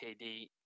KD